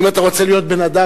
אם אתה רוצה להיות בן-אדם,